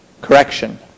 correction